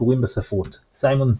אזכורים בספרות סיימון סינג,